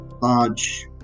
large